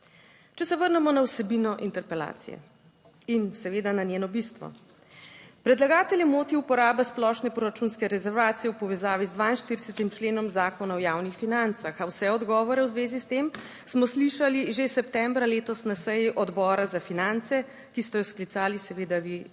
Če se vrnemo na vsebino interpelacije in seveda na njeno bistvo. Predlagatelja moti uporaba splošne proračunske rezervacije v povezavi z 42. členom Zakona o javnih financah, a vse odgovore v zvezi s tem smo slišali že septembra letos na seji Odbora za finance, ki ste jo sklicali seveda vi, dragi